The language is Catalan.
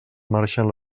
marxen